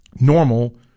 normal